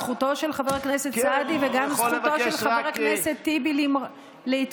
זכותו של חבר הכנסת סעדי וגם זכותו של חבר הכנסת טיבי להתקומם,